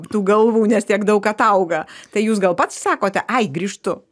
tų galvų nes tiek daug auga tai jūs gal pats sakote ai grįžtu